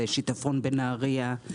שיטפון בנהריה.